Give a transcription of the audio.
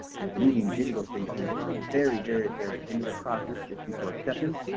with moving digital signatures to the very very very end of the process just before acceptance,